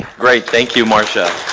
great, thank you marsha.